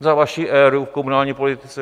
Za vaší éry v komunální politice?